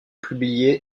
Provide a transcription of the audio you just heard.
publié